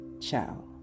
Ciao